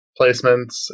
placements